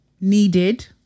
Needed